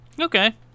Okay